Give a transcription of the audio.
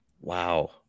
Wow